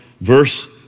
verse